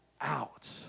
out